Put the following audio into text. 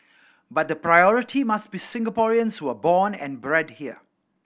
but the priority must be Singaporeans who are born and bred here